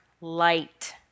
light